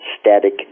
static